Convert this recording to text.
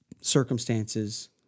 circumstances